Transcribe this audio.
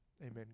amen